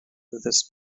this